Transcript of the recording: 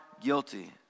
guilty